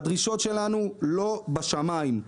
הדרישות שלנו לא בשמיים.